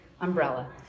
umbrella